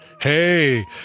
Hey